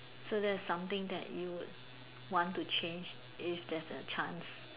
so that's something that you would want to change if there's a chance